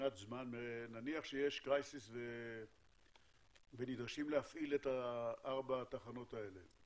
נניח שיש crisis ונדרשים להפעיל את ארבע התחנות הפחמיות האלה,